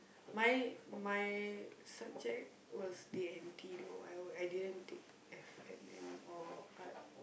my my subject was D-and-T though I didn't take F-and-N or art